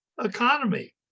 economy